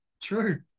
true